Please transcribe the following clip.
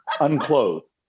unclothed